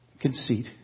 Conceit